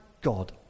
God